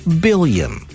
billion